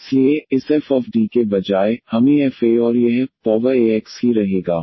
इसलिए इस f के बजाय हमें f a और यह e पॉवर ax ही रहेगा